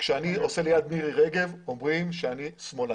כשאני מפזר ליד מירי רגב, אומרים שאני שמאלני.